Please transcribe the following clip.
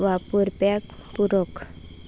वापरप्याक पुरक